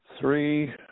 three